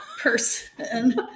person